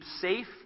safe